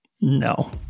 no